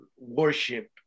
worship